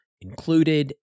included